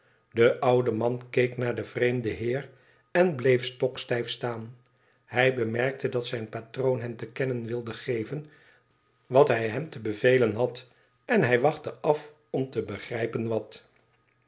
de oude man keek naar den vreemden heer en bleef stokstijf staan hij bemerkte dat zijn patroon hem te kennen wilde geven wat hij hem te bevelen had en hij wachtte af om te begrijpen wat